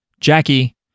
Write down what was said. Jackie